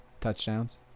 touchdowns